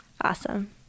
Awesome